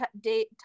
date